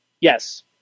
Yes